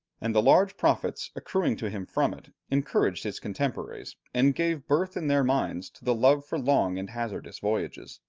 and the large profits accruing to him from it, encouraged his contemporaries, and gave birth in their minds to the love for long and hazardous voyages.